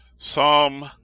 Psalm